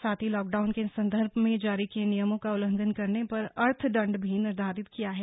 साथ ही लॉकडाउन के संदर्भ में जारी किए नियमों का उल्लंघन करने पर अर्थ दंड भी निर्धारित किया है